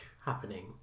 happening